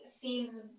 seems